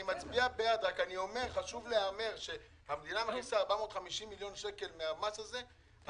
רק אני אומר שאם המדינה מכניסה 450 מיליון שקל מהמס הזה,